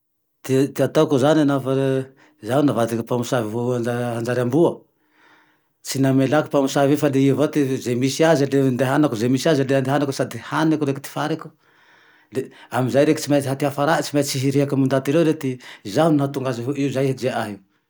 Ty ataoko zane laha zaho avadiky pamosavy manjary amboa, tsy manelako pamosavy iny fa le i avao te ze misy aze le andehanako, ze misy aze le andehanako sady haniko reke tifariko, le amezay reke tsy maintsy ty hafarany tsy maintsy hireake amy ndaty reo re ty, zaho nahatonga aze hoy io zay nihejeay ahy io